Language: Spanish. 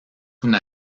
una